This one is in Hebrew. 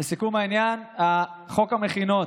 חוק המכינות,